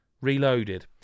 Reloaded